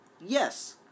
Yes